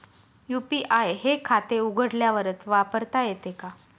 UPI हे खाते उघडल्यावरच वापरता येते का?